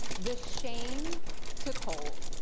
the shame took hold,